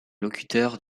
locuteurs